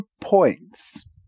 points